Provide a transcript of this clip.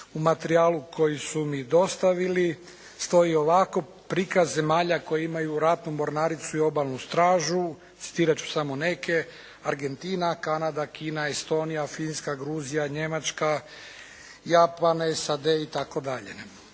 U materijalu koji su mi dostavili stoji ovako: Prikaz zemalja koji imaju ratnu mornaricu i Obalnu stražu, citirat ću samo neke: "Argentina, Kanada, Kina, Estonija, Finska, Gruzija, Njemačka, Japan, SAD itd."